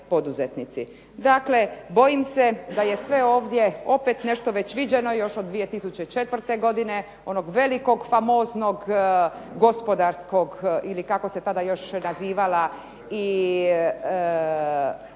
Dakle, bojim se da je sve ovdje opet nešto već viđeno, još od 2004. godine, onog velikog famoznog gospodarskog ili kako se tada još nazivala